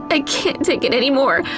i can't take it anymore.